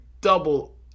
double